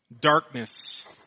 darkness